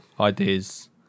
ideas